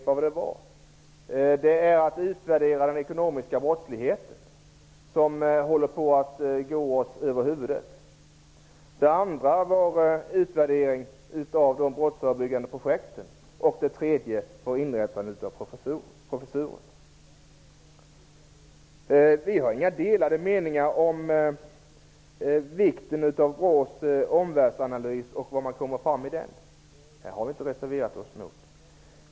Den första uppgiften var att utvärdera den ekonomiska brottsligheten, som håller på att gå oss över huvudet. Den andra uppgiften gällde en utvärdering av de brottsförebyggande projekten, och den tredje gällde inrättandet av professuren. Vi har inga delade meningar om vikten av BRÅ:s omvärldsanalys och vad man kommer fram till i den. Vi har inte reserverat oss på den punkten.